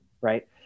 right